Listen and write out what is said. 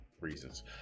reasons